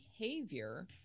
behavior